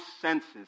senses